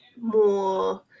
more